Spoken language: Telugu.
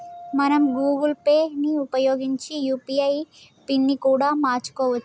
మనం గూగుల్ పే ని ఉపయోగించి యూ.పీ.ఐ పిన్ ని కూడా మార్చుకోవచ్చు